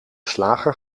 slager